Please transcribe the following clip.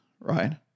right